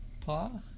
Pa